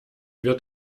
wird